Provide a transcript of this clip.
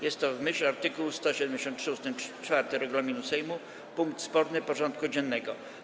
Jest to, w myśl art. 173 ust. 4 regulaminu Sejmu, punkt sporny porządku dziennego.